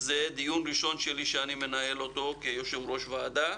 זה דיון ראשון שאני מנהל כיושב-ראש ועדה,